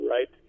Right